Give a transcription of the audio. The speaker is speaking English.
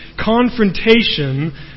confrontation